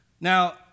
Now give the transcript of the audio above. Now